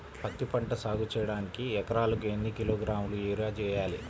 పత్తిపంట సాగు చేయడానికి ఎకరాలకు ఎన్ని కిలోగ్రాముల యూరియా వేయాలి?